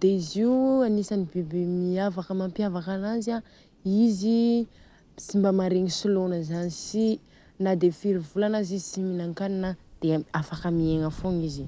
Dia izy io agnisany biby miavaka. Mampiavaka ananjy a izy i tsy mba maregny solôna zany si, nade firy volana aza izy tsy mihinan-kanina dia afaka miegna fogna izy.